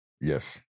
Yes